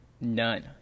None